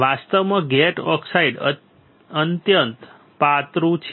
વાસ્તવમાં gate oxide અત્યંત પાતળું છે